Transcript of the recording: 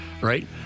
Right